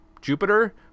jupiter